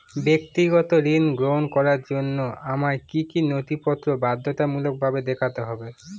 ব্যক্তিগত ঋণ গ্রহণ করার জন্য আমায় কি কী নথিপত্র বাধ্যতামূলকভাবে দেখাতে হবে?